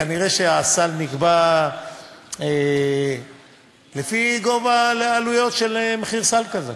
כנראה הסל נקבע לפי גובה עלויות של מחיר סל כזה.